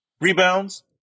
Rebounds